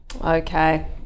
Okay